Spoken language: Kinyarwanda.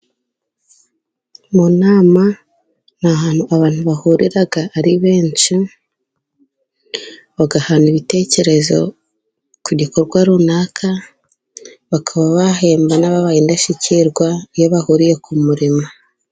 Mu nama ni ahantutu abantu bahurira ari benshi，bagahana ibitekerezo ku gikorwa runaka， bakaba bahemba n'ababaye indashyikirwa， iyo bahuriye ku murimo.